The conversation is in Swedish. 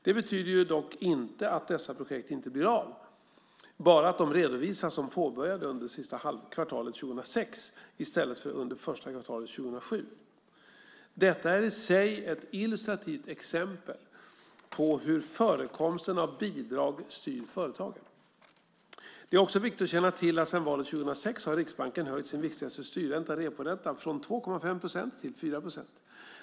Det betyder dock inte att dessa projekt inte blir av, bara att de redovisas som påbörjade under sista kvartalet 2006 i stället för under första kvartalet 2007. Detta är i sig ett illustrativt exempel på hur förekomsten av bidrag styr företagen. Det är också viktigt att känna till att sedan valet 2006 har Riksbanken höjt sin viktigaste styrränta, reporäntan, från 2,5 procent till 4 procent.